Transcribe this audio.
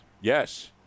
Yes